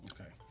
Okay